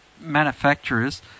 manufacturers